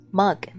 mug